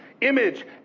image